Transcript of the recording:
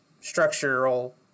structural